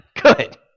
Good